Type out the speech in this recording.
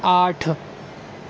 آٹھ